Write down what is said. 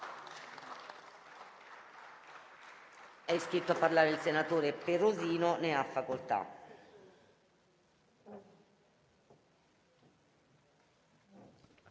È iscritto a parlare il senatore Grasso. Ne ha facoltà.